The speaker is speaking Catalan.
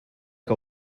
que